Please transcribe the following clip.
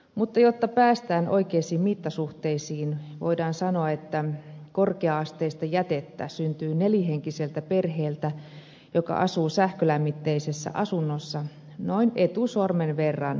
mutta jotta päästään oikeisiin mittasuhteisiin voidaan sanoa että korkea asteista jätettä syntyy nelihenkiseltä perheeltä joka asuu sähkölämmitteisessä asunnossa noin etusormen verran vuodessa